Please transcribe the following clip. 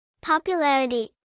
Popularity